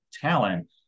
talent